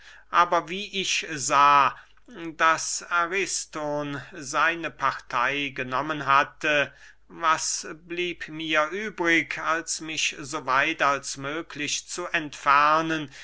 aber wie ich sah daß ariston seine partey genommen hatte was blieb mir übrig als mich so weit als möglich zu entfernen